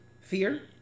Fear